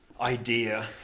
idea